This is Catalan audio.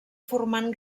formant